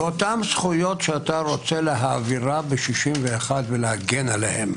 באותן זכויות שאתה רוצה להעביר ב-61 ולהגן עליהן,